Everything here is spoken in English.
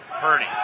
Purdy